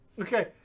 Okay